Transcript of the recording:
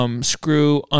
Screw